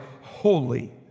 Holy